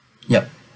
yup